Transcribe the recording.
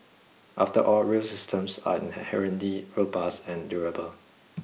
after all rail systems are inherently robust and durable